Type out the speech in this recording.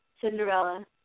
Cinderella